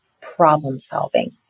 problem-solving